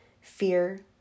Fear